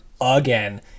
again